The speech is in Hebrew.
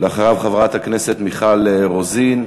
אחריו, חברת הכנסת מיכל רוזין,